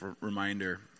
reminder